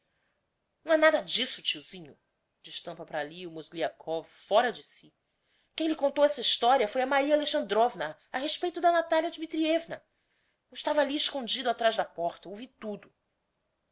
é nada d'isso tiozinho destampa para ali o mozgliakov fóra de si quem lhe contou essa historia foi a maria alexandrovna a respeito da natalia dmitrievna eu estava ali escondido atrás da porta ouvi tudo